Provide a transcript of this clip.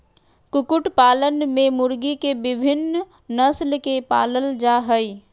कुकुट पालन में मुर्गी के विविन्न नस्ल के पालल जा हई